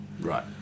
Right